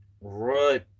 Right